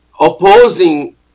opposing